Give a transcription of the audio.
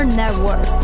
network